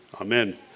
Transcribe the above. Amen